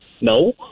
no